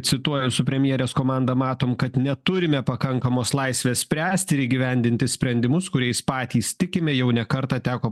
cituoju su premjerės komanda matom kad neturime pakankamos laisvės spręsti ir įgyvendinti sprendimus kuriais patys tikime jau ne kartą teko